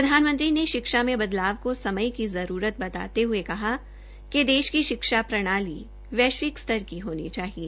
प्रधानमंत्री ने शिक्षा में बदलाव को समय की जरूरत हये कहा कि देश की शिक्षा प्रणाली वैश्विक सतर पर होनी चाहिए